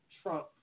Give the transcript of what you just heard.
Trump